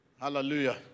Hallelujah